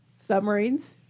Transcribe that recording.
Submarines